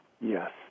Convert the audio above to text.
Yes